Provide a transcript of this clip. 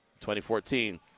2014